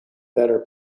better